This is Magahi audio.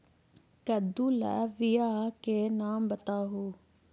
कददु ला बियाह के नाम बताहु?